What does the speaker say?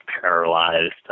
paralyzed